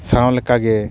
ᱥᱟᱶ ᱞᱮᱠᱟ ᱜᱮ